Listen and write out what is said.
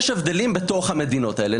יש הבדלים בתוך המדינות האלה.